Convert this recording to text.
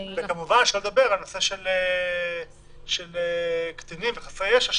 וכמובן שלא לדבר על הנושא של קטינים וחסרי ישע,